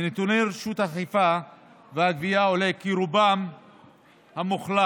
מנתוני רשות האכיפה והגבייה עולה כי רובם המוחלט